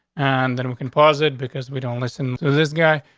and then we can posit because we don't listen. this guy,